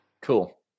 Cool